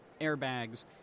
airbags